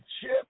chip